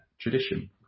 tradition